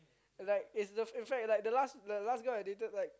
like is in fact the last the last girl I dated like